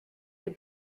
les